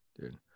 Dude